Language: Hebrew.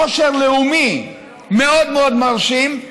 עושר לאומי מאוד מאוד מרשים,